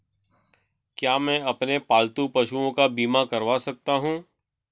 क्या मैं अपने पालतू पशुओं का बीमा करवा सकता हूं?